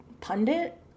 pundit